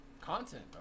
Content